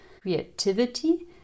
creativity